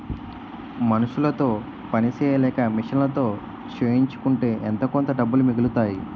మనుసులతో పని సెయ్యలేక మిషన్లతో చేయించుకుంటే ఎంతోకొంత డబ్బులు మిగులుతాయి